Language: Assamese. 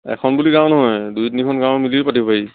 এখন বুলি গাঁও নহয় দুই তিনিখন গাঁও মিলি পাতিব পাৰি